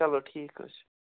چَلو ٹھیٖک حظ چھُ